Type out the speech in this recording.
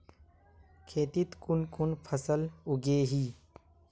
खेतीत कुन कुन फसल उगेई?